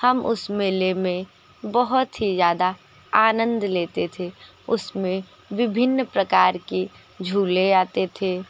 हम उस मेले में बहुत ही ज़्यादा आनंद लेते थे उसमें विभिन्न प्रकार के झूले आते थे